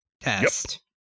test